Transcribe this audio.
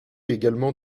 également